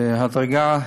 בהדרגה.